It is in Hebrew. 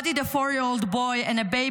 What did a four-year-old boy and a baby